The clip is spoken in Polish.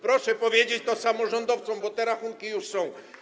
Proszę powiedzieć to samorządowcom, bo te rachunki już są.